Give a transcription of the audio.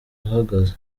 uhagaze